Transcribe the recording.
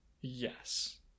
Yes